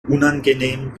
unangenehm